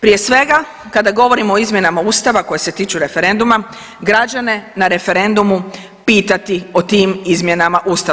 Prije svega kada govorimo o izmjenama Ustava koje se tiču referenduma građane na referendumu pitati o tim izmjenama Ustava.